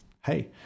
Hey